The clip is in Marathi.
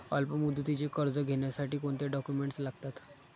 अल्पमुदतीचे कर्ज घेण्यासाठी कोणते डॉक्युमेंट्स लागतात?